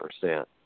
percent